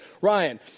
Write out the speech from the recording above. Ryan